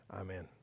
Amen